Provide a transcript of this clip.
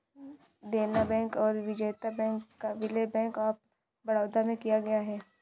देना बैंक और विजया बैंक का विलय बैंक ऑफ बड़ौदा में किया गया है